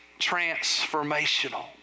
transformational